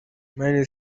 miley